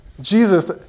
Jesus